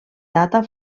data